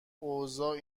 اوضاع